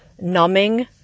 numbing